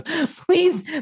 Please